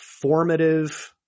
formative